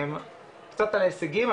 קצת על ההישגים,